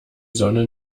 sonne